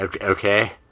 Okay